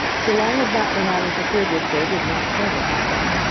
so long as that were not interfered with, they did not care what happened.